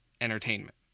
entertainment